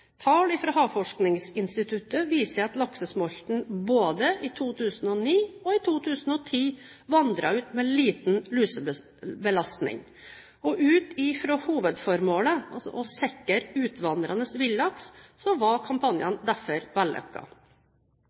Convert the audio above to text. Tall fra Havforskningsinstituttet viser at laksesmolten både i 2009 og 2010 vandret ut med liten lusebelastning. Ut ifra hovedformålet, å sikre utvandrende villaks, var kampanjene derfor